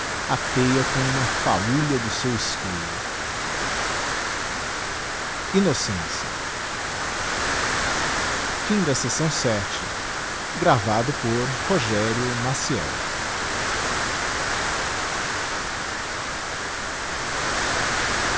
atêa com uma faúlha do seu isqueiro innocencia florestas de arbustos de